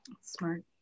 Smart